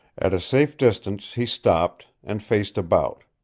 at a safe distance he stopped, and faced about.